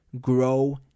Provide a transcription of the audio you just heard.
grow